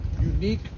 unique